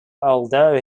although